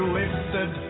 lifted